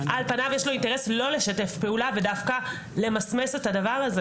על פניו יש לו אינטרס לא לשתף פעולה ודווקא למסמס את הדבר הזה.